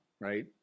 right